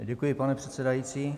Děkuji, pane předsedající.